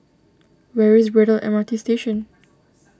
where is Braddell M R T Station